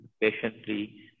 patiently